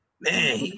Man